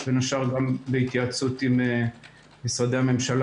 בין השאר גם בהתייעצות עם משרדי הממשלה